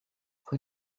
fue